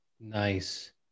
Nice